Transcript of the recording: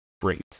Great